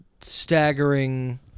staggering